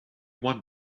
want